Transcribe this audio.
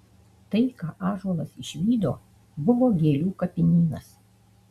tai ką ąžuolas išvydo buvo gėlių kapinynas